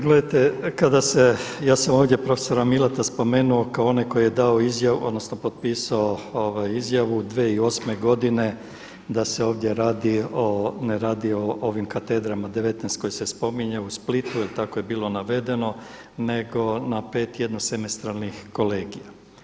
Gledajte, ja sam ovdje profesora Milata spomenuo kao onog koji je dao izjavu odnosno potpisao izjavu 2008. godine da se ovdje ne radi o ovim katedrama 19 koje se spominju u Splitu jer tako je bilo navedeno nego na 5 jednosemestralnih kolegija.